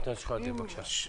אנטאנס שחאדה, בבקשה.